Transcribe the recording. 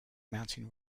mountain